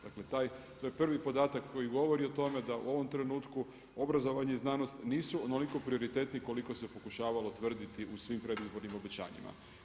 Dakle, to je prvi podatak koji govori o tome da u ovom trenutku obrazovanje i znanost nisu onoliko prioritetni koliko se pokušavalo tvrditi u svim predizbornim obećanjima.